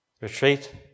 Retreat